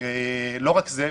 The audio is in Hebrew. לא רק זה,